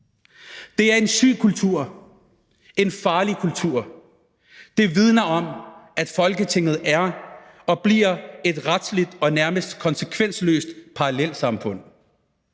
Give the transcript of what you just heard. Det er en syg kultur, en farlig kultur. Det vidner om, at Folketinget er og bliver et retsligt og nærmest konsekvensløst parallelsamfund.